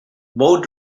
moe